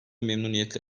memnuniyetle